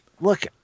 look